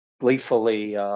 gleefully